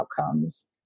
outcomes